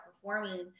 performing